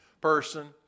person